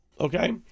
okay